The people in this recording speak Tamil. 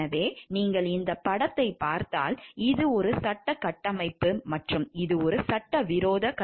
எனவே நீங்கள் இந்தப் படத்தைப் பார்த்தால் இது ஒரு சட்டக் கட்டமைப்பு மற்றும் இது ஒரு சட்டவிரோத கட்டமைப்பாகும்